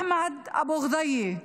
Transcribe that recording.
אחמד אבו גדייה,